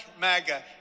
MAGA